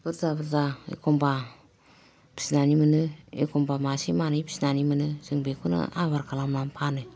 बुरजा बुरजा एखम्बा फिसिनानै मोनो एखम्बा मासे मानै फिसिनानै मोनो जों बेखौनो आबार खालामनानै फानो